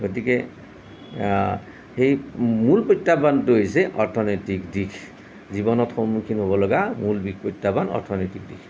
গতিকে সেই মূল প্ৰত্যাহ্বানটো হৈছে অৰ্থনৈতিক দিশ জীৱনত সন্মুখীন হ'ব লগা মূল প্ৰত্যাহ্বান অৰ্থনৈতিক দিশ